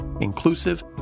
inclusive